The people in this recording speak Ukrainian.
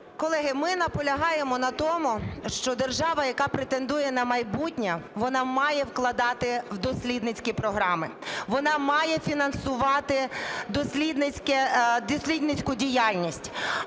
Колеги, ми наполягаємо на тому, що держава, яка претендує на майбутнє, вона має вкладати в дослідницькі програми, вона має фінансувати дослідницьку діяльність.